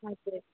हजुर हजुर